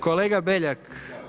Kolega Beljak.